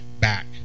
back